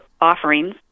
offerings